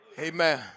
Amen